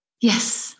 Yes